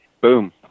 boom